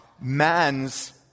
man's